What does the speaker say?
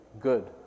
good